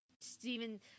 stephen